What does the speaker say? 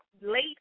late